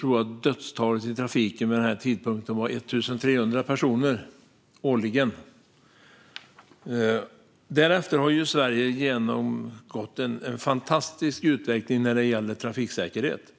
tror jag att dödstalet i trafiken vid den tidpunkten var 1 300 personer årligen. Därefter har Sverige genomgått en fantastisk utveckling när det gäller trafiksäkerhet.